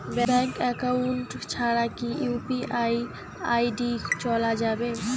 Bank account ছাড়া কি UPI ID চোলা যাবে?